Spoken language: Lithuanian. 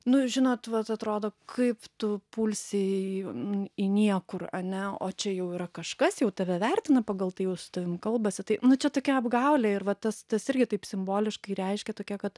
nu žinot vat atrodo kaip tu pulsi į į niekur ane o čia jau yra kažkas jau tave vertina pagal tai jau su tavim kalbasi tai nu čia tokia apgaulė ir va tas tas irgi taip simboliškai reiškia tokia kad